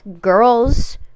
girls